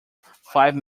five